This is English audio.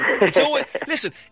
Listen